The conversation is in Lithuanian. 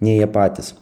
nei jie patys